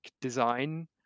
design